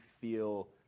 feel